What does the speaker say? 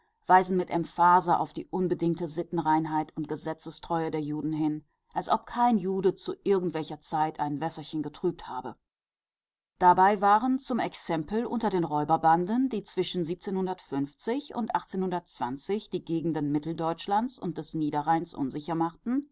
weisen mit emphase auf die unbedingte sittenreinheit und gesetzestreue der juden hin als ob kein jude zu irgendwelcher zeit ein wässerchen getrübt habe dabei waren zum exempel unter den räuberbanden die zwischen und die gegenden mitteldeutschlands und des niederrheins unsicher machten